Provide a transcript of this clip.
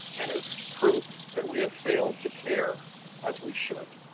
and it is proof that we have failed to care as we should.